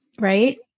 right